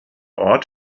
ort